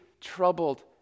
troubled